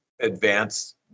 advance